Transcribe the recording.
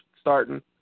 starting